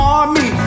Army